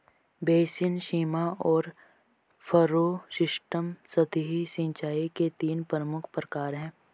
basin, सीमा और furrow system सतही सिंचाई के तीन प्रमुख प्रकार है